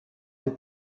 des